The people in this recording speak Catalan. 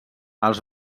els